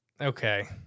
okay